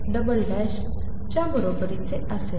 च्या बरोबरीचे असेल